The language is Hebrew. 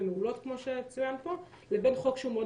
ומעולות כמו שצוין פה לבין חוק שהוא מאוד